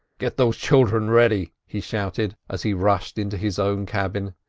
get those children ready! he shouted, as he rushed into his own cabin.